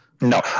No